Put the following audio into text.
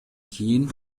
кийин